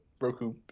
Roku